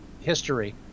history